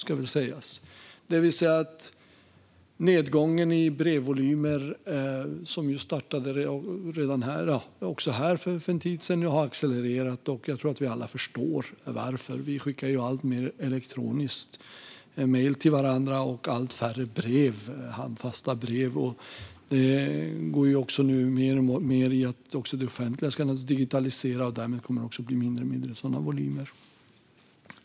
Nedgången i brevvolymer som startade också här för en tid sedan har nu accelererat. Jag tror att vi alla förstår varför. Vi skickar allt fler elektroniska mejl till varandra och allt färre handfasta brev. Också det offentliga ska digitaliseras mer. Därmed kommer det att bli mindre och mindre sådana volymer.